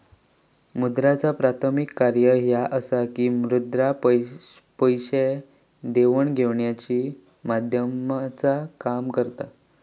मुद्राचा प्राथमिक कार्य ह्या असा की मुद्रा पैसे देवाण घेवाणीच्या माध्यमाचा काम करता